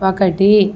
ఒకటి